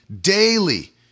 daily